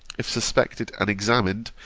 if suspected and examined,